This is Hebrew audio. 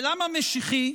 ולמה משיחי?